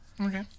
Okay